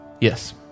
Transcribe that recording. Yes